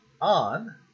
on